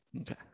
Okay